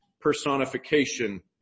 personification